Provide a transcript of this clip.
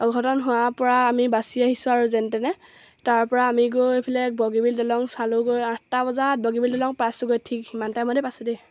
অঘটন হোৱাৰ পৰা আমি বাচি আহিছোঁ আৰু যেন তেনে তাৰপৰা আমি গৈ পেলাই বগীবিল দিলং চালোঁ গৈ আঠটা বজাত বগীবিল দলং পাইছোঁ গৈ ঠিক সিমান টাইমতে পাইছোঁ দেই